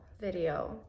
video